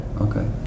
okay